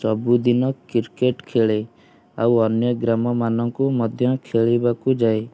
ସବୁଦିନ କ୍ରିକେଟ୍ ଖେଳେ ଆଉ ଅନ୍ୟ ଗ୍ରାମମାନଙ୍କୁ ମଧ୍ୟ ଖେଳିବାକୁ ଯାଏ